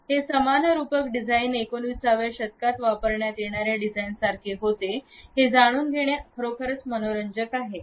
हे समान रूपक डिझाईन एकोणिसाव्या शतकात वापरण्यात येणाऱ्या डिझाईन सारखे होते हे जाणून घेणे खरोखरच मनोरंजक आहे